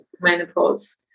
menopause